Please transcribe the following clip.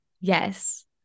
Yes